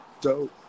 Dope